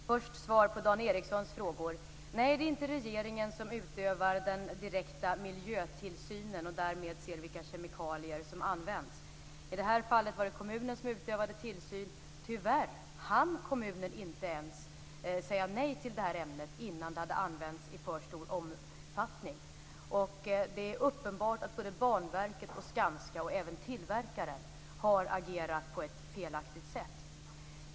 Fru talman! Jag vill först svara på Dan Ericssons frågor. Nej, det är inte regeringen som utövar den direkta miljötillsynen och därmed ser vilka kemikalier som används. I det här fallet var det kommunen som utövade tillsyn. Tyvärr hann kommunen inte ens säga nej till det här ämnet innan det hade använts i för stor omfattning. Det är uppenbart att Banverket, Skanska och även tillverkaren har agerat på ett felaktigt sätt.